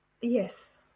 yes